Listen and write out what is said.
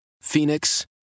Phoenix